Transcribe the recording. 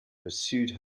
pursued